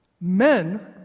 men